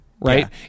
right